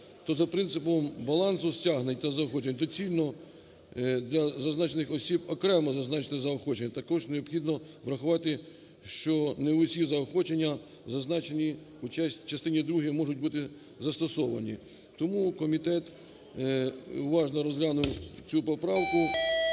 то за принципом балансу стягнень та заохочень доцільно для зазначених осіб окремо зазначити заохочення. Також необхідно врахувати, що не всі заохочення, зазначені у частині другій, можуть бути застосовані. Тому комітет уважно розглянув цю поправку